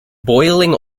boiling